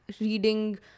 reading